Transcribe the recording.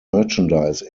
merchandise